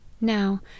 Now